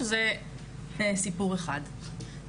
שזה סיפור אחד.